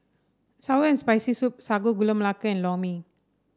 sour and Spicy Soup Sago Gula Melaka and Lor Mee